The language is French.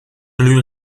lui